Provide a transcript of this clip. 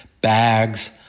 bags